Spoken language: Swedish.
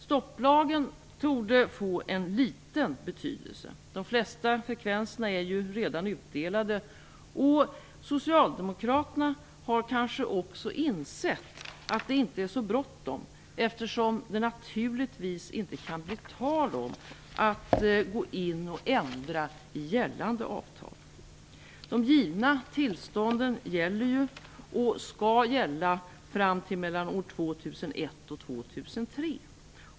Stopplagen torde få liten betydelse. De flesta frekvenserna är ju redan utdelade. Socialdemokraterna har kanske också insett att det inte är så bråttom. Det kan ju naturligtvis inte bli tal om att gå in och ändra i gällande avtal. De givna tillstånden gäller ju, och skall gälla fram till mellan år 2001 och år 2003.